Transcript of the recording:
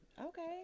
okay